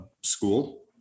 school